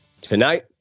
Tonight